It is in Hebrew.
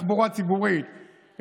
תחבורה ציבורית,